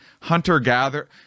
hunter-gatherer